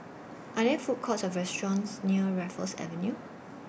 Are There Food Courts Or restaurants near Raffles Avenue